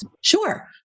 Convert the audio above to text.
Sure